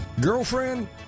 Girlfriend